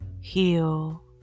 heal